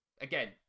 Again